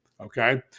okay